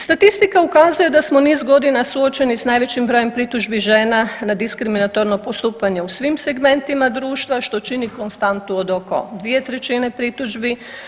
Statistika ukazuje da smo niz godina suočeni s najvećim brojem pritužbi žena na diskriminatorno postupanje u svim segmentima društva što čini konstantu od oko 2/3 pritužbi.